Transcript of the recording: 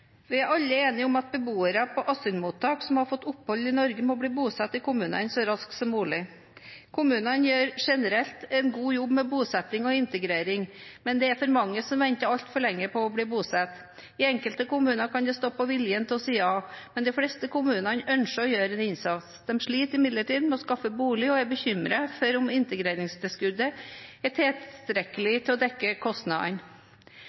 Vi er alle enige om at beboere på asylmottak som har fått opphold i Norge, må bli bosatt i kommunene så raskt som mulig. Kommunene gjør generelt en god jobb med bosetting og integrering, men det er for mange som venter altfor lenge på å bli bosatt. I enkelte kommuner kan det stå på viljen til å si ja, men de fleste kommunene ønsker å gjøre en innsats. De sliter imidlertid med å skaffe boliger og er bekymret for om integreringstilskuddet er tilstrekkelig til å dekke kostnadene.